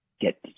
get